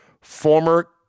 former